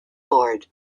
board